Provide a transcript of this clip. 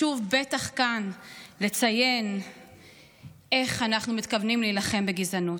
בטח חשוב לציין כאן איך אנחנו מתכוונים להילחם בגזענות.